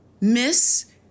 Miss